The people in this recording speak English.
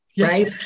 right